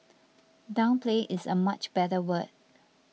downplay is a much better word